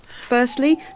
Firstly